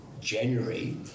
January